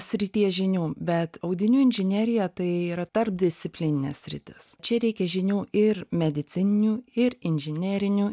srities žinių bet audinių inžinerija tai yra tarpdisciplininė sritis čia reikia žinių ir medicininių ir inžinerinių